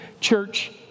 church